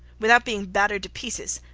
without being battered to pieces,